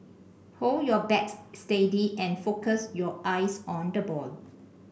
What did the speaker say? hold your bat steady and focus your eyes on the ball